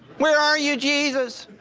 where are you jesus?